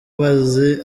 bazi